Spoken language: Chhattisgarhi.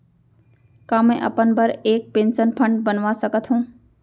का मैं अपन बर एक पेंशन फण्ड बनवा सकत हो?